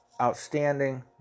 outstanding